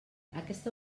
aquesta